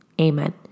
amen